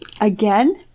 Again